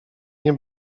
nie